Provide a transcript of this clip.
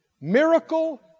Miracle